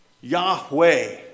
Yahweh